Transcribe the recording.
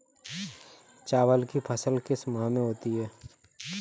चावल की फसल किस माह में होती है?